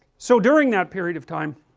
so during that period of time